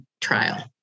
trial